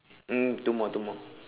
mm two more two more